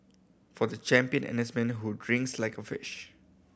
for the champion N S man who drinks like a fish